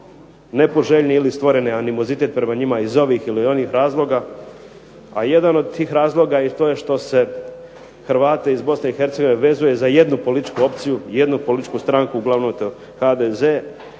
nepoželjni ili stvoren je animozitet prema njima iz ovih ili onih razloga. A jedan od tih razloga i to je što se Hrvate iz Bosne i Hercegovine vezuje za jednu političku opciju, jednu političku stranku uglavnom